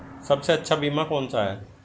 सबसे अच्छा बीमा कौन सा है?